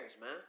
man